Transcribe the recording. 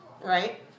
Right